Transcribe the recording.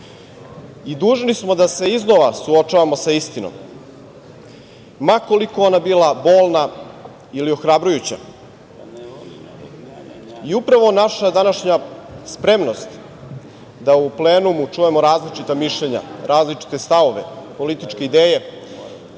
i dužni smo da se iznova suočavamo sa istinom, ma koliko ona bila bolna ili ohrabrujuća. Upravo naša današnja spremnost da u plenumu čujemo različita mišljenja, različite stavove, političke ideje,